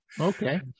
Okay